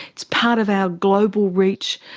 it's part of our global reach.